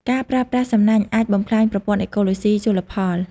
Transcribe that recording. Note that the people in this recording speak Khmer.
ការប្រើប្រាស់សំណាញ់អាចបំផ្លាញប្រព័ន្ធអេកូឡូស៊ីជលផល។